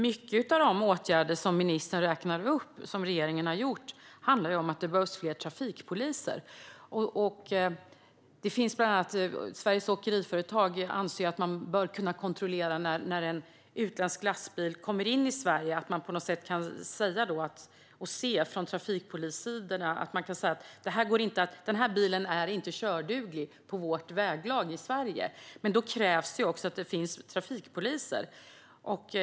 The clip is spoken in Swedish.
Många av de åtgärder som ministern räknar upp som regeringen har vidtagit handlar om att det behövs fler trafikpoliser. Sveriges Åkeriföretag anser att man bör kunna kontrollera när en utländsk lastbil kommer in i Sverige och på något sätt då från trafikpolisens sida säga att den här bilen inte är körduglig på vårt väglag i Sverige. Då krävs det också att det finns trafikpoliser.